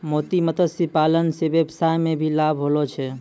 मोती मत्स्य पालन से वेवसाय मे भी लाभ होलो छै